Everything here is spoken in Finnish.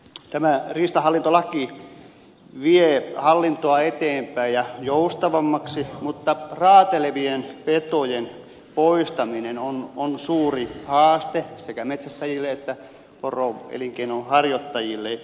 tämä riistahallintolaki vie hallintoa eteenpäin ja joustavammaksi mutta raatelevien petojen poistaminen on suuri haaste sekä metsästäjille että poroelinkeinon harjoittajille